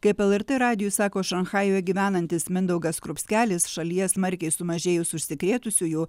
kaip lrt radijui sako šanchajuje gyvenantis mindaugas skrupskelis šalyje smarkiai sumažėjus užsikrėtusiųjų